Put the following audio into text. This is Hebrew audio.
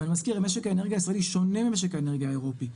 ואני מזכיר משק האנרגיה הישראלי שונה ממשק האנרגיה האירופי.